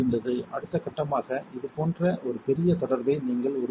அடுத்த கட்டமாக இது போன்ற ஒரு பெரிய தொடர்பை நீங்கள் உருவாக்க வேண்டும்